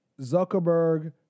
Zuckerberg